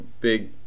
big